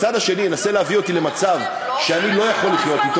אם הצד השני ינסה להביא אותי למצב שאני לא יכול אתו,